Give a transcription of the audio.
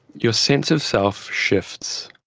your sense of self shifts.